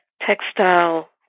textile